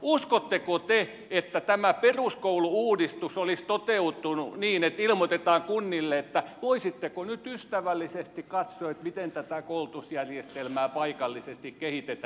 uskotteko te että tämä peruskoulu uudistus olisi toteutunut niin että ilmoitetaan kunnille että voisitteko nyt ystävällisesti katsoa miten tätä koulutusjärjestelmää paikallisesti kehitetään